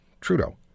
Trudeau